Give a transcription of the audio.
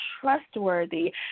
trustworthy